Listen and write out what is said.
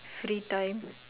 free time